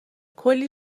کلی